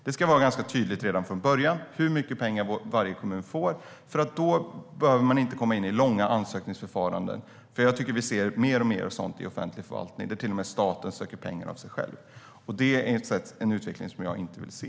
Det ska redan från början vara ganska tydligt hur mycket pengar varje kommun ska få. Då behöver man inte komma in i långa ansökningsförfaranden. Det ser vi alltmer av i offentlig förvaltning. Staten söker till och med pengar av sig själv. Det är en utveckling som jag inte vill se.